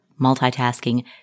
multitasking